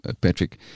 Patrick